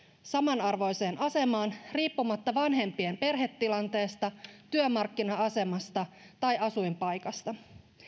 samanarvoiseen asemaan riippumatta vanhempien perhetilanteesta työmarkkina asemasta tai asuinpaikasta